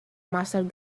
master